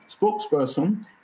spokesperson